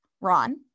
ron